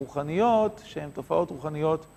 רוחניות שהן תופעות רוחניות...